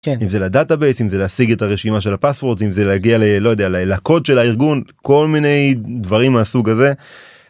אם זה לדאטה בייסים זה להשיג את הרשימה של הפספורטים זה להגיע ללא יודע לילה קוד של הארגון כל מיני דברים הסוג הזה.